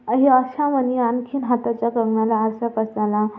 अशा म्हणी आणखीन हाताच्या कंगणाला आरसा कशाला